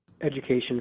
education